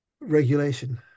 regulation